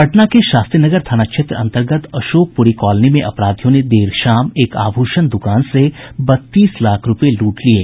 पटना के शास्त्रीनगर थाना क्षेत्र अंतर्गत अशोकपुरी कॉलोनी में अपराधियों ने देर शाम एक आभूषण दुकान से बत्तीस लाख रूपये लूट लिये